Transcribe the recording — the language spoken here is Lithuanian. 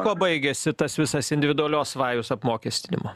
kuo baigėsi tas visas individualios vajus apmokestinimo